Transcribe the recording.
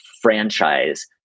franchise